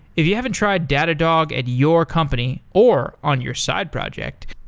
if you haven't tried datadog at your company or on your side project,